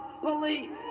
police